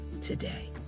today